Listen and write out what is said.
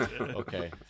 Okay